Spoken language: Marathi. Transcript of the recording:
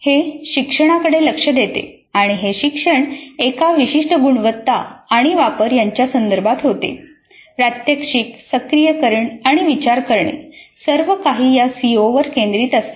हे शिक्षणाकडे लक्ष देते आणि हे शिक्षण एका विशिष्ट गुणवत्ता आणि वापर यांच्या संदर्भात होते प्रात्यक्षिक सक्रियकरण आणि विचार करणे सर्व काही या सीओवर केंद्रित असते